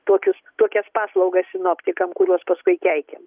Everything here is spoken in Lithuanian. tokius tokias paslaugas sinoptikam kuriuos paskui keikiam